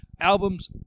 albums